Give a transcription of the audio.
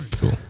cool